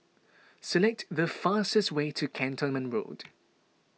select the fastest way to Cantonment Road